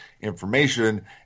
information